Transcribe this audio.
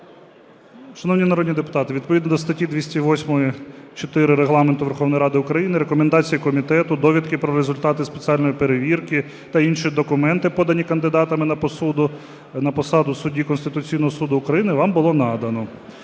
Шановні народні депутати, відповідно до статті 208.4 Регламенту Верховної Ради України рекомендації комітету, довідки про результати спеціальної перевірки та інші документи, подані кандидатами на посаду судді Конституційного Суду України, вам було надано.